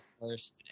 first